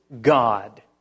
God